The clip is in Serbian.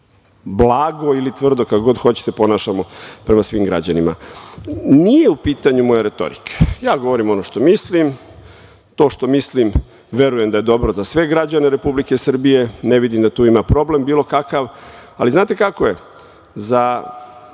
blago ili tvrdo, kako god hoćete, ponašamo prema svim građanima. Nije u pitanju moja retorika. Ja govorim ono što mislim. To što mislim, verujem da je dobro za sve građane Republike Srbije, ne vidim da tu ima problem bilo kakav. Ali, znate kako je, za